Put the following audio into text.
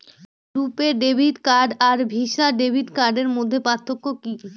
রূপে debit card আর Visa debit কার্ডের মধ্যে পার্থক্য কি?